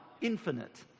infinite